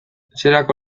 etxerako